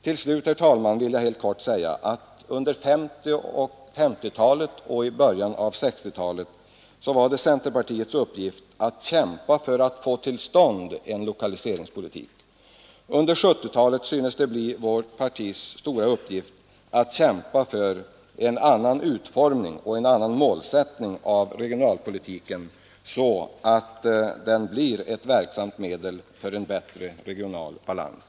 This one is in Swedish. Till slut, herr talman, vill jag helt kort säga att det under 1950-talet och i början av 1960-talet var centerpartiets uppgift att kämpa för att få till stånd en lokaliseringspolitik. Under 1970-talet synes det bli vårt partis stora uppgift att kämpa för en annan utformning av och en annan målsättning för regionalpolitiken, så att den blir ett verksamt medel för en bättre regional balans.